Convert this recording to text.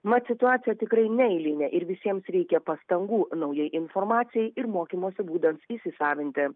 mat situacija tikrai neeilinė ir visiems reikia pastangų naujai informacijai ir mokymosi būdams įsisavinti